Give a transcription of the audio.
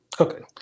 Okay